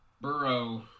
Burrow